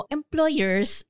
Employers